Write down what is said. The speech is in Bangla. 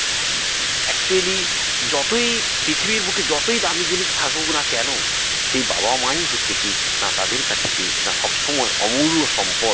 অ্যাকচুয়েলি যতই পৃথিবীর বুকে যতোই দামি জিনিস থাকুক না কেন সেই বাবা মাই হচ্ছে কী না তাদের কাছে কী না সব সময় অমূল্য সম্পদ